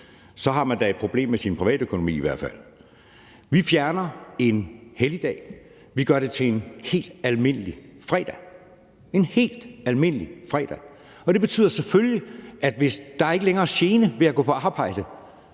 i hvert fald et problem med sin privatøkonomi. Vi fjerner en helligdag, vi gør den til en helt almindelig fredag – en helt almindelig fredag. Og det betyder selvfølgelig, at hvis der ikke længere er en gene ved at gå på arbejde,